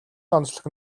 онцлог